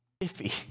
Iffy